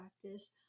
practice